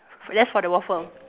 f~ just for the waffle